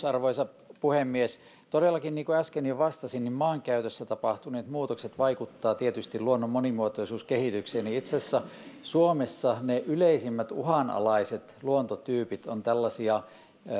arvoisa puhemies todellakin niin kuin äsken jo vastasin maankäytössä tapahtuneet muutokset vaikuttavat tietysti luonnon monimuotoisuuskehitykseen ja itse asiassa suomessa ne yleisimmät uhanalaiset luontotyypit ovat tällaisia